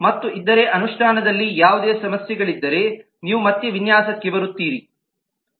ಮತ್ತು ಇದ್ದರೆ ಅನುಷ್ಠಾನದಲ್ಲಿ ಯಾವುದೇ ಸಮಸ್ಯೆಗಳಿದ್ದರೆ ನೀವು ಮತ್ತೆ ವಿನ್ಯಾಸಕ್ಕೆ ಬರುತ್ತೀರಿ